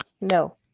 no